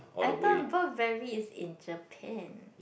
I thought Burberry is in Japan